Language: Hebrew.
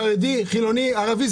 חרדי או חילוני או ערבי,